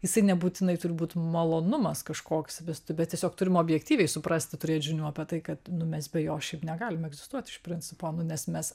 jisai nebūtinai turi būt malonumas kažkoks vis tų bet tiesiog turim objektyviai suprasti turėt žinių apie tai kad nu mes be jo šiaip negalim egzistuot iš principo nu nes mes